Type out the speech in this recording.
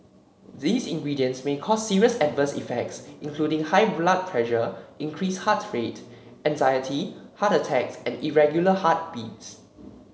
these ingredients may cause serious adverse effects including high blood pressure increased heart rate anxiety heart attacks and irregular heartbeats